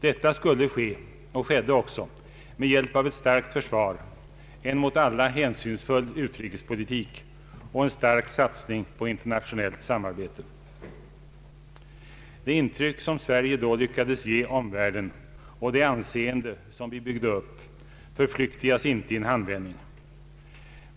Detta skulle ske och skedde med hjälp av ett starkt försvar, en mot alla hänsynsfull utrikespolitik och en stark satsning på internationellt samarbete. Det intryck som Sverige då lyckades ge omvärlden och det anseende som vi byggde upp förflyktigas inte i en handvändning.